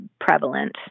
prevalent